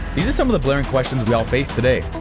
these are some of the blurring questions we all face today.